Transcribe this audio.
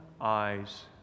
eyes